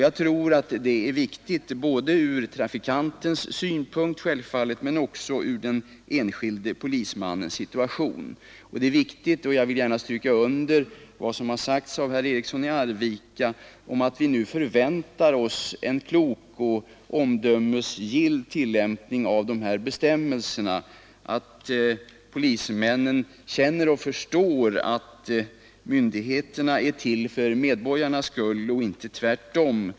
Jag tror att detta är viktigt, självfallet sett från trafikantens synpunkt, men också sett från den enskilde polismannens situation, och jag vill gärna stryka under vad som har sagts av herr Eriksson i Arvika om att vi nu förväntar oss en klok och omdömesgill tillämpning av dessa bestämmelser och att polismännen känner och förstår att myndigheterna är till för medborgarnas skull och inte tvärtom.